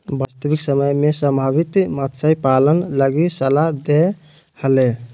वास्तविक समय में संभावित मत्स्य पालन लगी सलाह दे हले